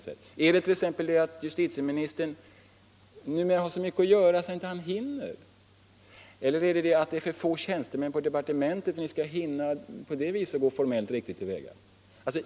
Beror det på att justitieministern numera har så mycket att göra att han inte hinner? Eller är det för få tjänstemän i departementet för att man skall kunna gå formellt riktigt till väga?